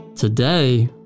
Today